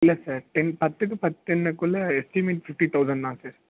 இல்லை sir ten பத்துக்கு பத்து இன்னக்குள்ள எஸ்டிமேட் ஃப்ஃப்டி தவுசண்ட் தான் சார்